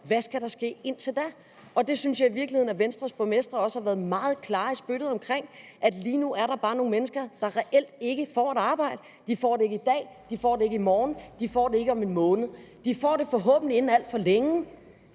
der skal ske indtil da. Og jeg synes i også, at Venstres borgmestre virkeligheden har været meget klare i spyttet med hensyn til, at der lige nu er nogle mennesker, der reelt ikke får et arbejde. De får det ikke i dag, de får det ikke i morgen, de får det ikke om 1 måned. De får det forhåbentlig inden alt for længe,